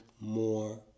more